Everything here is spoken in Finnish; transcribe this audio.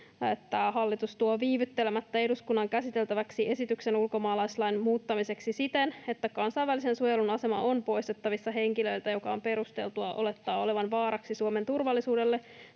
että hallitus tuo viivyttelemättä eduskunnan käsiteltäväksi esityksen ulkomaalaislain muuttamiseksi siten, että kansainvälisen suojelun asema on poistettavissa henkilöltä, jonka on perusteltua olettaa olevan vaaraksi Suomen turvallisuudelle